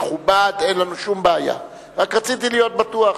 יכובד, אין לנו שום בעיה, רק רציתי להיות בטוח.